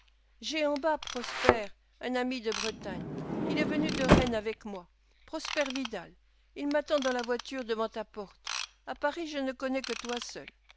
j'ai en bas prosper un ami de bretagne il est venu de rennes avec moi prosper vidal il m'attend dans la voiture devant ta porte à paris je ne connais que toi seul